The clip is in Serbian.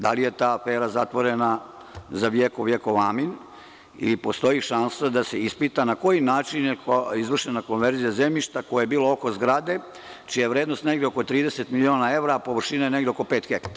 Da li je ta afera zatvorena za vjek vjekova, amin, ili postoji šansa da se ispita na koji način je izvršena konverzija zemljišta koje je bilo oko zgrade čija je vrednost negde oko 30 miliona evra, a površina je negde oko 5ha?